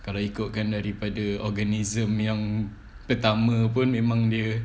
kalau ikutkan daripada organism yang pertama pun memang dia